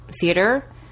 theater